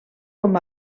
com